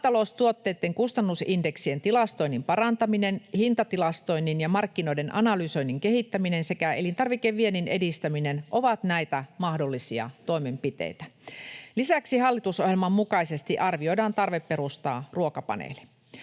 Maataloustuotteitten kustannusindeksien tilastoinnin parantaminen, hintatilastoinnin ja markkinoiden analysoinnin kehittäminen sekä elintarvikeviennin edistäminen ovat näitä mahdollisia toimenpiteitä. Lisäksi hallitusohjelman mukaisesti arvioidaan tarve perustaa ruokapaneeli.